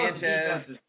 Sanchez